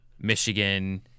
Michigan